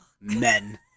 men